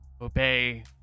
obey